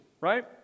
right